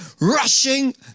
rushing